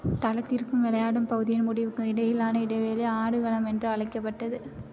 தளத்திற்கும் விளையாடும் பகுதியின் முடிவுக்கும் இடையிலான இடைவெளி ஆடுகளம் என்று அழைக்கப்பட்டது